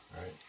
Right